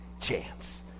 chance